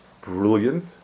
brilliant